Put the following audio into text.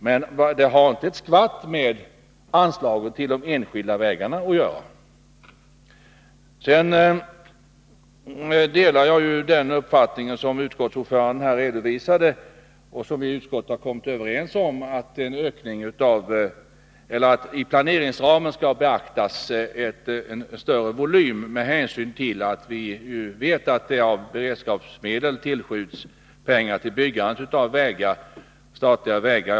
Men det har inte ett skvatt med anslaget till de enskilda vägarna att göra! Jag delar den uppfattning som utskottets ordförande här redovisade och som vi i utskottet kommit överens om, att i planeringsramen skall beaktas en större volym med hänsyn till att det av beredskapsmedel tillskjuts pengar till byggande av statliga vägar.